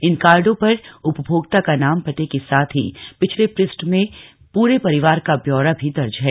इन कार्डो पर उपभोक्ता का नाम पते के साथ ही पिछले पृष्ठ में पूरे परिवार का व्यौरा भी दर्ज है